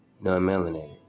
non-melanated